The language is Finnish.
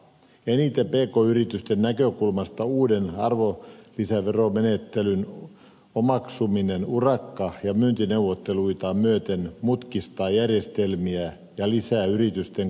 eniten pk yritysten näkökulmasta uuden arvonlisäveromenettelyn omaksuminen urakka ja myyntineuvotteluita myöten mutkistaa järjestelmiä ja lisää yritysten kustannuksia